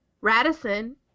Radisson